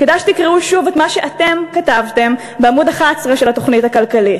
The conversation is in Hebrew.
כדאי שתקראו שוב את מה שאתם כתבתם בעמוד 11 של התוכנית הכלכלית: